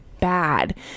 bad